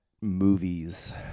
movies